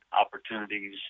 opportunities